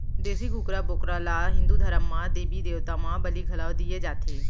देसी कुकरा, बोकरा ल हिंदू धरम म देबी देवता म बली घलौ दिये जाथे